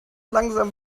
langsam